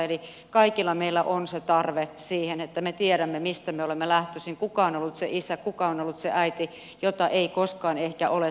eli kaikilla meillä on se tarve siihen että me tiedämme mistä me olemme lähtöisin kuka on ollut se isä kuka on ollut se äiti jota ei koskaan ehkä ole tuntenut